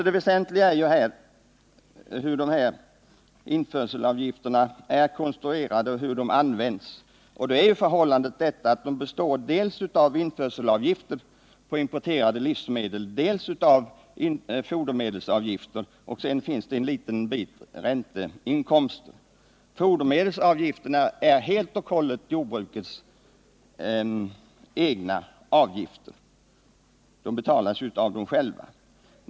Det väsentliga är hur införselavgifterna är konstruerade, varifrån de kommer och hur de används. De består dels av införselavgifter på importerade livsmedel, dels av fodermedelsavgifter. Utöver detta finns en liten räntepost. Fodermedelsavgifterna är helt och hållet jordbrukets egna avgifter. De betalas av lantbrukarna själva och går tillbaka till jordbruket.